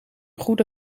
goede